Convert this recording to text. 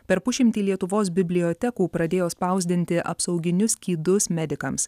per pusšimtį lietuvos bibliotekų pradėjo spausdinti apsauginius skydus medikams